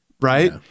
right